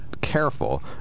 careful